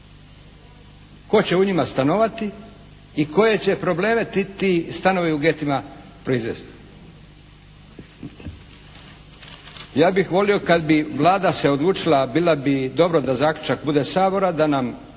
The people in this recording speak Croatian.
Tko će u njima stanovati i koje će probleme ti stanovi …/Govornik se ne razumije./… proizvesti. Ja bih volio kad bi Vlada se odlučila, a bila bi dobro da zaključak bude Sabora da nam